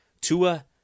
Tua